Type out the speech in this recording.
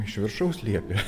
iš viršaus liepė